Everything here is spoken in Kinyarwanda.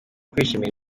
kwishimira